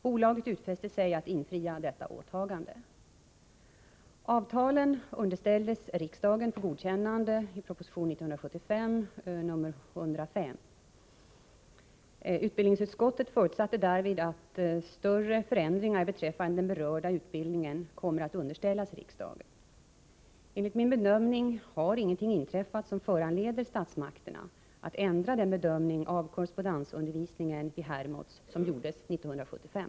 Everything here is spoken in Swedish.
Bolaget utfäste sig att fullgöra detta åtagande. Enligt min bedömning har ingenting inträffat som föranleder statsmakterna att ändra den bedömning av korrepondensundervisningen vid Hermods som gjordes 1975.